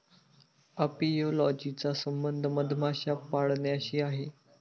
apiology चा संबंध मधमाशा पाळण्याशी आहे